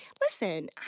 listen